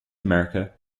america